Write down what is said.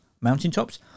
Mountaintops